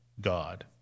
god